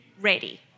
ready